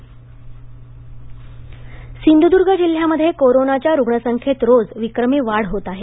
Covid Sindhudurg Sindhudurg जिल्ह्यामध्ये कोरोनाच्या रुग्ण संख्येत रोज विक्रमी वाढ होत आहे